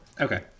Okay